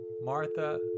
Martha